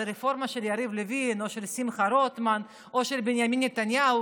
זו רפורמה של יריב לוין או של שמחה רוטמן או של בנימין נתניהו,